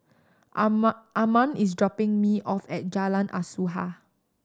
Armand is dropping me off at Jalan Asuhan